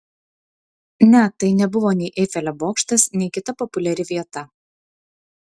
ne tai nebuvo nei eifelio bokštas nei kita populiari vieta